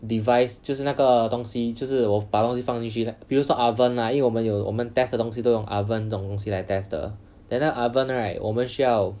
device 就是那个东西就是我把东西放进去比如说 oven lah 因为我们有我们 test 的东西都用 oven 这种东西来 test 的 then 那个 oven right 我们需要